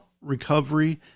Recovery